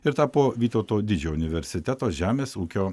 ir tapo vytauto didžiojo universiteto žemės ūkio